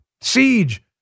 siege